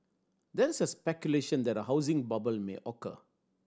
there is speculation that a housing bubble may occur